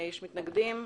יש מתנגדים?